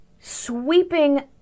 sweeping